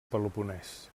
peloponès